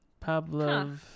Pavlov